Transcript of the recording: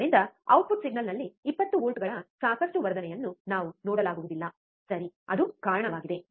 ಆದ್ದರಿಂದ ಔಟ್ಪುಟ್ ಸಿಗ್ನಲ್ನಲ್ಲಿ 20 ವೋಲ್ಟ್ಗಳ ಸಾಕಷ್ಟು ವರ್ಧನೆಯನ್ನು ನಾವು ನೋಡಲಾಗುವುದಿಲ್ಲ ಸರಿ ಅದು ಕಾರಣವಾಗಿದೆ